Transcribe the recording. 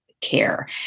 care